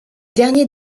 dernier